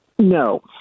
No